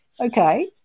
okay